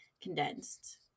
condensed